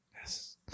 Yes